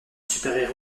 super